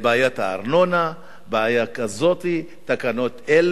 בעיית הארנונה, בעיה כזאת, תקנות אלה.